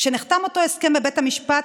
כשנחתם אותו הסכם בבית המשפט,